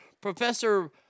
Professor